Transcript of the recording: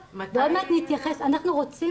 ועוד מעט אתייחס --- מתי --- אנחנו רוצים,